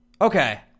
Okay